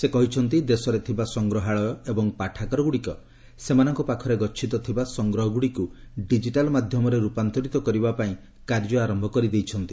ସେ କହିଛନ୍ତି ଦେଶରେ ଥିବା ସଂଗ୍ରହାଳୟ ଏବଂ ପାଠାଗାରଗୁଡ଼ିକ ସେମାନଙ୍କ ପାଖରେ ଗଛିତ ଥିବା ସଂଗ୍ରହଗୁଡ଼ିକୁ ଡିଜିଟାଲ୍ ମାଧ୍ୟମରେ ରୂପାନ୍ତରିତ କରିବାପାଇଁ କାର୍ଯ୍ୟ ଆରମ୍ଭ କରିଦେଇଛନ୍ତି